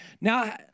Now